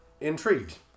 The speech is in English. intrigued